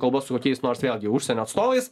kalba su kokiais nors vėlgi užsienio atstovais